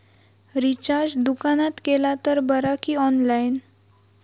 Recharge दुकानात केला तर बरा की ऑनलाइन?